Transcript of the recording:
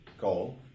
goal